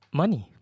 money